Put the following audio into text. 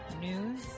news